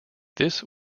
this